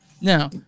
Now